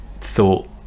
thought